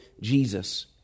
Jesus